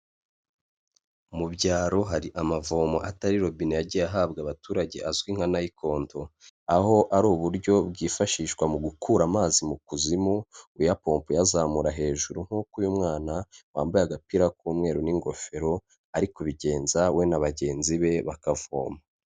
Mu byaro hari amavomo atari robine yagiye ahabwa abaturage azwi nka nikondo, aho ari uburyo bwifashishwa mu gukura amazi mu kuzimu uya pompa uyazamura hejuru nk'uko uyu mwana wambaye agapira k'umweru n'ingofero ari kubigenza we na bagenzi be bakavoma.